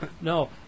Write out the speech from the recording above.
no